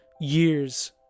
Years